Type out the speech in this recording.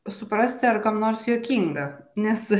suprasti ar kam nors juokinga nes